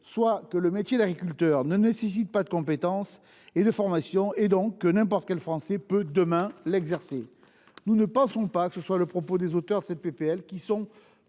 soit que le métier d'agriculteur ne nécessite pas de compétences ni de formation et, partant, que n'importe quel Français peut demain l'exercer- nous ne pensons pas que ce soit l'opinion des auteurs de cette proposition